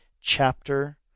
chapter